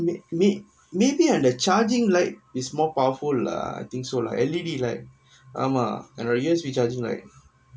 may maybe on the charging like is more powerful lah I think so lah L_E_D light ஆமா என்னோட:aamaa ennoda U_S_B charging light